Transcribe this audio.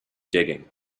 digging